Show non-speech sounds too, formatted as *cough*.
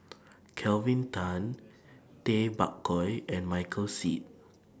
*noise* Kelvin Tan *noise* Tay Bak Koi and Michael Seet